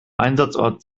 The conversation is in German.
einsatzort